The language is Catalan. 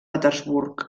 petersburg